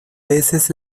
veces